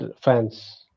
fans